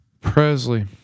Presley